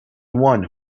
one